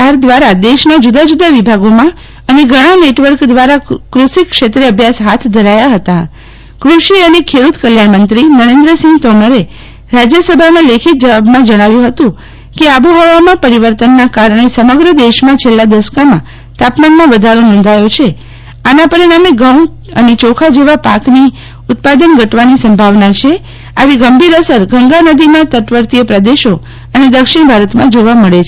R દ્વારા દેશના જુદા જુદા વિભાગોમાં અને ઘણા નેટવર્ક દ્વારા કૃષિ ક્ષેત્રે અભ્યાસ ફાથ ધરાયા હતા કૃષિ અને ખેડૂત કલ્યાણ મંત્રી નરેન્દ્ર સિંફ તોમરે રાજ્ય સભામાં લેખિત જવાબમાં જણાવ્યું હતું કે આબોફવામાં પરિવર્તનનાં કારણે સમગ્ર દેશમાં છેલ્લા દશકામાં તાપમાન વધારો નોધાયો છે આના પરિણામે ઘઉં અને ચોખા જેવા પાકની ઉત્પાદન ઘટવાની સંભાવના છે આવી ગંભીર અસર ગંગા નદીમાં તટવર્તીય પ્રદેશો અને દક્ષિણ ભારત માં જોવા મળે છે